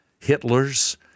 Hitlers